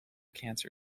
cancer